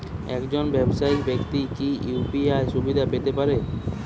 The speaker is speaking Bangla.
একজন ব্যাবসায়িক ব্যাক্তি কি ইউ.পি.আই সুবিধা পেতে পারে?